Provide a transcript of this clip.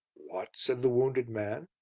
what, said the wounded man,